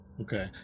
Okay